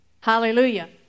Hallelujah